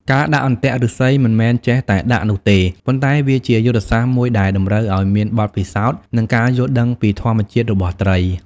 ការដាក់អន្ទាក់ឫស្សីមិនមែនចេះតែដាក់នោះទេ ប៉ុន្តែវាជាយុទ្ធសាស្ត្រមួយដែលតម្រូវឲ្យមានបទពិសោធន៍ និងការយល់ដឹងពីធម្មជាតិរបស់ត្រី។